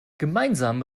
gemeinsam